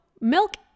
milk